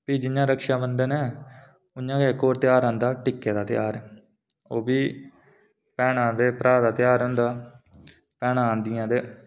फ्ही जि'यां रक्षा बन्धन ऐ उं'आं गै इक होर ध्यार औंदा टिक्का टिक्के दा ध्यार ओह् बी भैनां ते भ्रा दा ध्यार होंदा भैनां औंदियां ते अपने भ्रा गी टिक्का बगैरा लांदियां